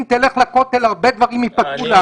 אם תלך לכותל הרבה דברים ייפתרו לעם ישראל.